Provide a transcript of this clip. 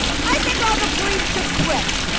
i think all the police should quit.